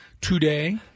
today